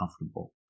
comfortable